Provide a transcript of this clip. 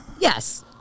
Yes